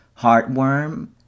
heartworm